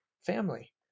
family